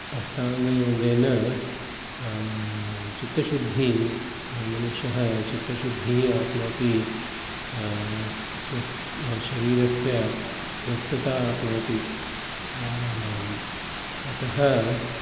अष्टाङ्गयोगेन चित्तशुद्धिः मनुष्यः चित्तशुद्धिः आप्नोति स्वस्य शरीरस्य स्वस्थता आप्नोति अतः